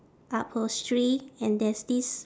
upholstery and there's this